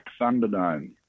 Thunderdome